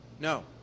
No